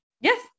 Yes